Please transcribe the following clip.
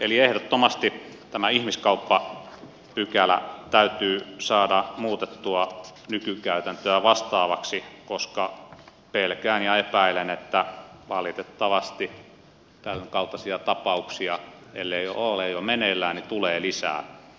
eli ehdottomasti tämä ihmiskauppapykälä täytyy saada muutettua nykykäytäntöä vastaavaksi koska pelkään ja epäilen että valitettavasti ellei tämänkaltaisia tapauksia ole jo meneillään niin niitä tulee lisää